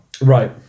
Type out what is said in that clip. Right